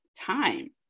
time